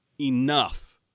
enough